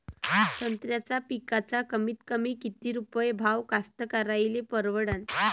संत्र्याचा पिकाचा कमीतकमी किती रुपये भाव कास्तकाराइले परवडन?